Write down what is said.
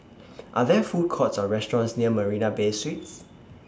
Are There Food Courts Or restaurants near Marina Bay Suites